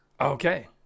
Okay